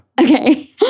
Okay